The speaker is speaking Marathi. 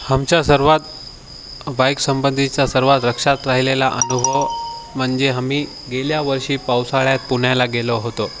आमच्या सर्वात बाईक संबंधीचा सर्वात लक्षात राहिलेला अनुभव म्हणजे आम्ही गेल्यावर्षी पावसाळ्यात पुण्याला गेलो होतो